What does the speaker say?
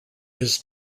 his